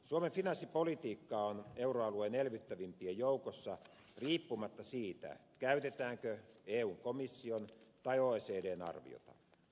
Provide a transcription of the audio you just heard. suomen finanssipolitiikka on euroalueen elvyttävimpien joukossa riippumatta siitä käytetäänkö eun komission vai oecdn arviota